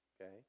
Okay